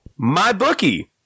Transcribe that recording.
MyBookie